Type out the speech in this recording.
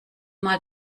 mal